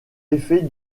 effets